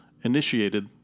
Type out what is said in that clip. initiated